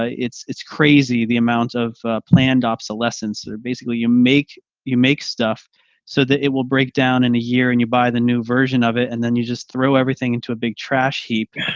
ah it's it's crazy the amount of planned obsolescence they're basically you make you make stuff so that it will break down in a year and you buy the new version of it and then you just throw everything into a big trash heap.